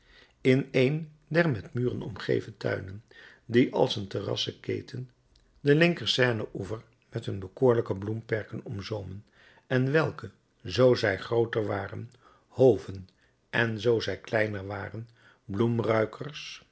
in een der met muren omgeven tuinen die als een terrassen keten den linker seine oever met hun bekoorlijke bloemperken omzoomen en welke zoo zij grooter waren hoven en zoo zij kleiner waren